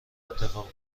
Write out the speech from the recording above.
اتفاق